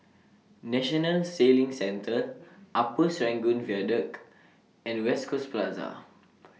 National Sailing Centre Upper Serangoon Viaduct and West Coast Plaza